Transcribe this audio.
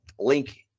link